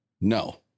No